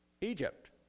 Egypt